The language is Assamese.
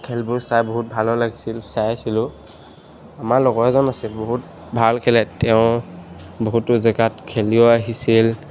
খেলবোৰ চাই বহুত ভালো লাগিছিল চাইছিলোঁ আমাৰ লগৰ এজন আছিল বহুত ভাল খেলে তেওঁ বহুতো জেগাত খেলিও আহিছিল